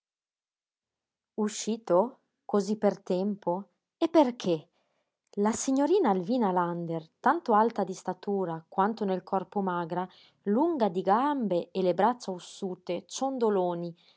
uscito cosí per tempo e perché la signorina alvina lander tanto alta di statura quanto nel corpo magra lunga di gambe e le braccia ossute ciondoloni